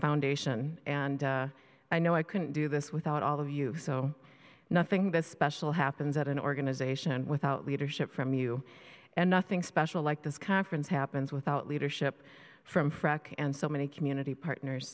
foundation and i know i can do this without all of you so nothing this special happens at an organization without leadership from you and nothing special like this conference happens without leadership from frak and so many community partners